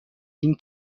این